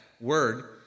word